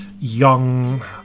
young